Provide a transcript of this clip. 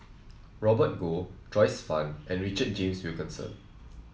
Robert Goh Joyce Fan and Richard James Wilkinson